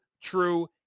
true